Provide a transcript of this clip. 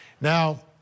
Now